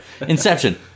Inception